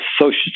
Social